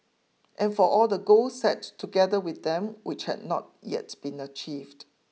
and for all the goals set together with them which had not yet been achieved